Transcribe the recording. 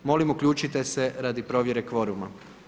Molim uključite se radi provjere kvoruma.